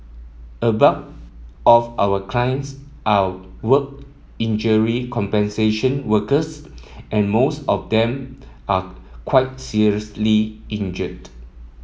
a bulk of our clients are work injury compensation workers and most of them are quite seriously injured